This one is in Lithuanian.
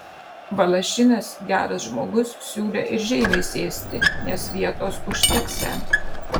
valašinas geras žmogus siūlė ir žeimiui sėsti nes vietos užteksią